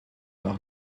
leur